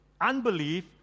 unbelief